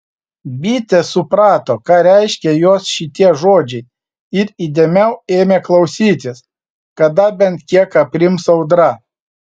bitė suprato ką reiškia jos šitie žodžiai ir įdėmiau ėmė klausytis kada bent kiek aprims audra